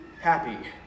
happy